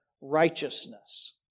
righteousness